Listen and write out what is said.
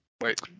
wait